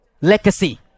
legacy